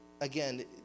again